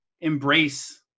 embrace